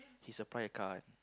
he supply the car one